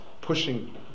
pushing